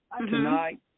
tonight